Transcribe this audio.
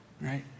Right